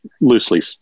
Loosely